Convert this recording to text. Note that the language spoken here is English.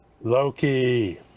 Loki